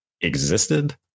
existed